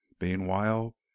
meanwhile